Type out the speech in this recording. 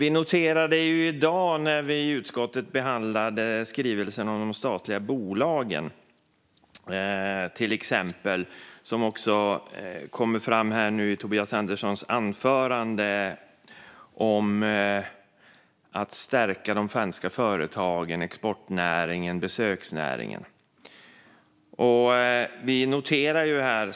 I dag behandlade vi i utskottet skrivelsen om de statliga bolagen, ett ämne som också togs upp här i Tobias Anderssons anförande. Det handlade om att stärka de svenska företagen, exportnäringen och besöksnäringen.